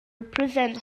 represent